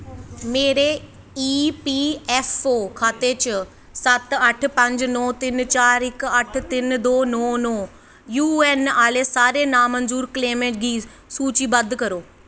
मेरे E P F O खाते चा सत्त अट्ठ पंज नौ तिन्न चार इक अट्ठ इक तिन्न दो नौ नौ यू ए ऐन्न आह्ले सारे नामंजूर क्लेमें गी सूचीबद्ध करो